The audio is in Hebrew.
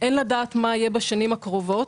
אין לדעת מה יהיה בשנים הקרובות,